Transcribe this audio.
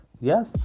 yes